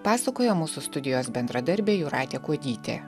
pasakoja mūsų studijos bendradarbė jūratė kuodytė